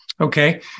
Okay